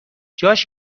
جاش